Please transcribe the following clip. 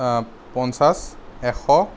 পঞ্চাছ এশ